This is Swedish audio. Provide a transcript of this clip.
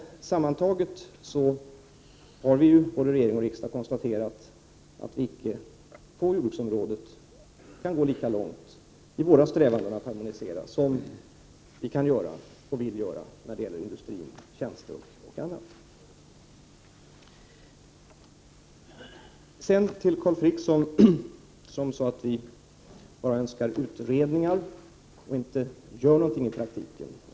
Sammantaget har regeringen och riksdagen konstaterat att vi icke på jordbruksområdet kan gå lika långt i våra strävanden att harmonisera som vi kan och vill göra när det gäller industrin, tjänster och annat. Carl Frick sade att vi bara önskar utredningar och inte gör någonting i praktiken.